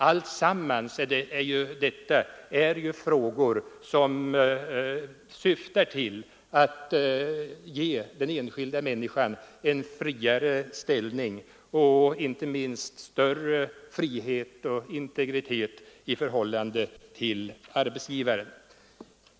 Allt detta är frågor som syftar till att ge den anställde en friare ställning och inte minst större frihet och integritet i förhållande till arbetsgivaren.